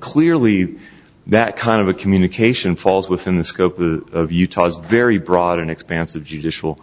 clearly that kind of a communication falls within the scope of utah's very broad expanse of judicial